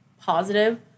positive